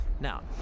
Now